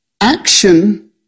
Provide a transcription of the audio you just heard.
Action